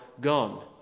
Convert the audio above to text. gone